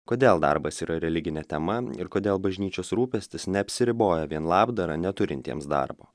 kodėl darbas yra religinė tema ir kodėl bažnyčios rūpestis neapsiriboja vien labdara neturintiems darbo